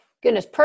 Goodness